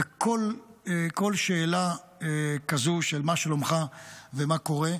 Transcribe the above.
וכל שאלה כזו של "מה שלומך?" ו"מה קורה?"